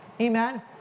amen